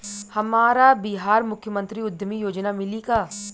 हमरा बिहार मुख्यमंत्री उद्यमी योजना मिली का?